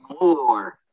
more